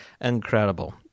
incredible